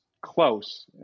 close